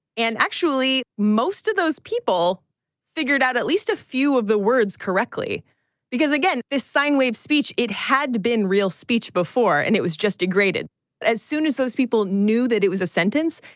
and actually, most of those people figured out at least a few of the words correctly because again, this sign wave speech, it had been real speech before and it was just degraded as soon as those people knew that it was a sentence,